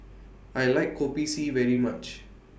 I like Kopi C very much